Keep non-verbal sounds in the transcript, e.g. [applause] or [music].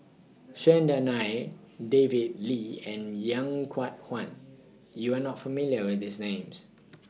Chandran Nair David Lee and [unintelligible] Chuan YOU Are not familiar with These Names